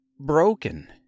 broken